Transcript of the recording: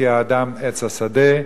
"כי האדם עץ השדה",